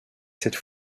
cette